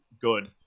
good